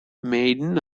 median